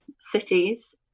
cities